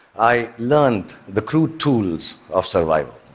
i learned the crude tools of survival.